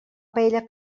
paella